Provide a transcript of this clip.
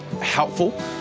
helpful